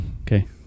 Okay